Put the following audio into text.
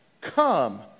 Come